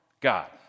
God